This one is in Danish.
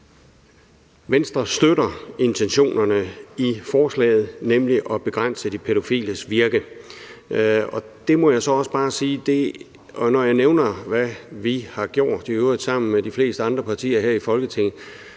Venstre støtter intentionerne i forslaget, nemlig at begrænse de pædofiles virke. Når jeg nævner, hvad vi har gjort, i øvrigt sammen med de fleste andre partier her i Folketinget,